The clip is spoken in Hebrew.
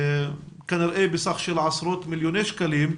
כנראה בסך של עשרות מיליוני שקלים,